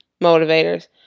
motivators